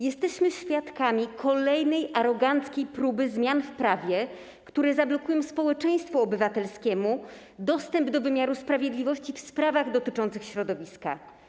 Jesteśmy świadkami kolejnej aroganckiej próby zmian w prawie, które zablokują społeczeństwu obywatelskiemu dostęp do wymiaru sprawiedliwości w sprawach dotyczących środowiska.